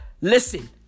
Listen